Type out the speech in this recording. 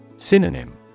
Synonym